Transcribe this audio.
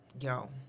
Yo